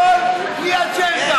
חרדי יותר גרוע, שמאל בלי אג'נדה.